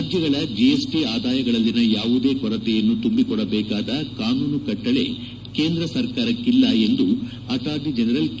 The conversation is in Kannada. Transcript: ರಾಜ್ಯಗಳ ಜಿಎಸ್ಟಿ ಆದಾಯಗಳಲ್ಲಿನ ಯಾವುದೇ ಕೊರತೆಯನ್ನು ತುಂಬಿಕೊಡಬೇಕಾದ ಕಾನೂನು ಕಟ್ಟಳೆ ಕೇಂದ್ರ ಸರ್ಕಾರಕ್ಕಿಲ್ಲ ಎಂದು ಅಟಾರ್ನಿ ಜನರಲ್ ಕೆ